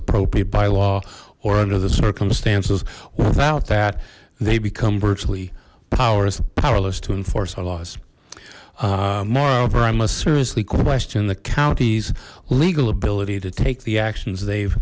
appropriate by law or under the circumstances without that they become virtually powers powerless to enforce our laws moreover i must seriously question the county's legal ability to take the actions they've